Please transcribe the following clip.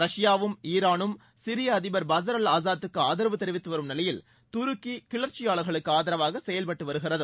ரஷ்யாவும் ஈரானும் சிரிய அதிபர் திரு பஷார் அல் ஆசாத்துக்கு ஆதரவு தெரிவித்து வரும் நிலையில் துருக்கி கிளர்ச்சியாளர்களுக்கு ஆதரவாக செயல்பட்டு வருகிறது